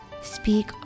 Speak